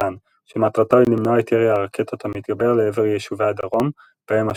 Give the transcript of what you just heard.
איתן שמטרתו למנוע את ירי הרקטות המתגבר לעבר יישובי הדרום בהם אשקלון,